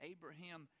Abraham